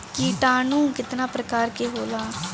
किटानु केतना प्रकार के होला?